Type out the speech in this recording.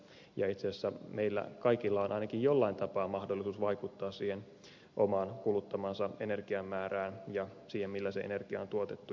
ja itse asiassa meillä kaikilla on ainakin jollain tapaa mahdollisuus vaikuttaa siihen omaan kuluttamansa energian määrään ja siihen millä se energia on tuotettu